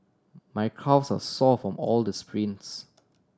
my calves are sore from all the sprints